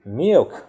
milk 。